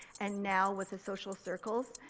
and now with the social circles,